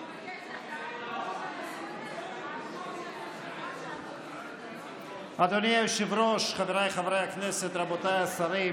אדוני היושב-ראש, חבריי חברי הכנסת, רבותיי השרים,